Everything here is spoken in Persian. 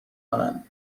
کنن